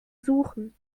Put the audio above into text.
suchen